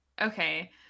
Okay